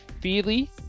Feely